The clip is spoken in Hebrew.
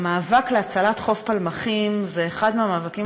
המאבק להצלת חוף פלמחים הוא אחד מהמאבקים